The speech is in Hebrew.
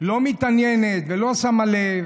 לא מתעניינת ולא שמה לב,